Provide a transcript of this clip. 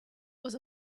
was